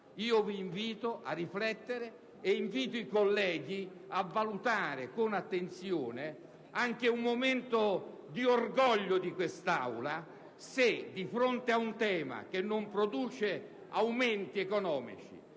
Vi invito a riflettere e invito i colleghi a valutare con attenzione, anche in un momento di orgoglio di quest'Aula, se, di fronte ad un tema che non produce aumenti economici,